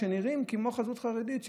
שנראים עם חזות חרדית,